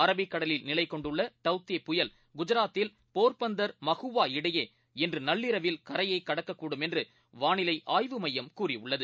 அரபிக்கடலில் நிலைகொண்டுள்ளடவ் தே புயல் குஜராத்தில் போர்பந்தர் மஹூவா இடையே இன்றுநள்ளிரவில் கரையைகடக்க்கூடும் என்றுவானிலைஆய்வு மையம் கூறியுள்ளது